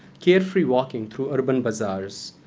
carefree walking to urban bazaars,